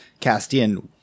Castian